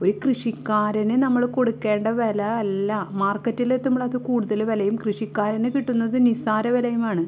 ഒരു കൃഷിക്കാരന് നമ്മൾ കൊടുക്കേണ്ട വില അല്ല മാർക്കറ്റിലെത്തുമ്പോളത് കൂടുതൽ വിലയും കൃഷിക്കാരന് കിട്ടുന്നത് നിസ്സാര വിലയുമാണ്